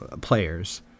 players